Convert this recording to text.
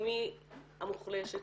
מי המוחלשת,